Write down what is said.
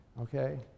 okay